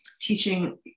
teaching